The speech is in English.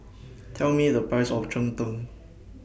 Tell Me The Price of Cheng Tng